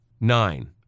Nine